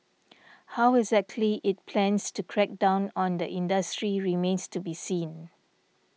how exactly it plans to crack down on the industry remains to be seen